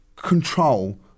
Control